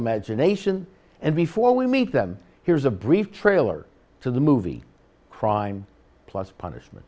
imagination and before we meet them here's a brief trailer to the movie crime plus punishment